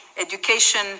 Education